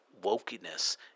wokeness